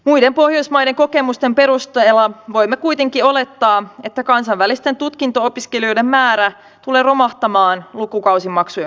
muiden pohjoismaiden kokemusten perusteella voimme kuitenkin olettaa että kansainvälisten tutkinto opiskelijoiden määrä tulee romahtamaan lukukausimaksujen myötä